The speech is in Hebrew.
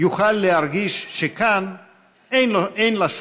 שהפך את המשכן למוביל ברמה ארצית בכל